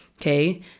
Okay